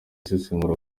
isesengura